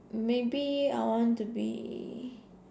maybe I want to be